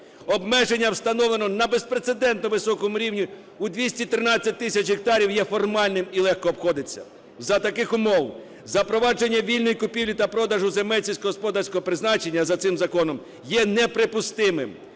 Обмеження, встановлене на безпрецедентно високому рівні - у 213 тисяч гектарів, є формальним і легко обходиться. За таких умов запровадження вільної купівлі та продажу земель сільськогосподарського призначення за цим законом є неприпустимим,